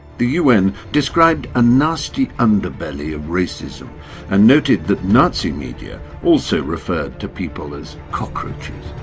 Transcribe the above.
the un described a nasty underbelly of racism and noted that nazi media also referred to people as cockroaches,